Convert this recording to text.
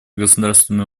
государственные